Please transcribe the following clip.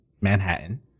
Manhattan